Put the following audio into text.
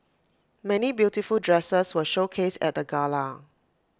many beautiful dresses were showcased at the gala